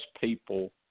people